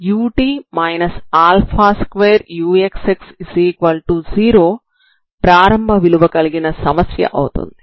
ut 2uxx0ప్రారంభ విలువ కలిగిన సమస్య అవుతుంది